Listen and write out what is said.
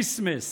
"חנוכריסמס".